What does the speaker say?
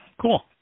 cool